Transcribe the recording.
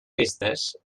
festes